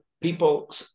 people